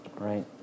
Right